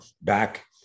back